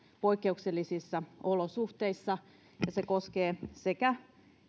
poikkeuksellisissa olosuhteissa ja se koskee sekä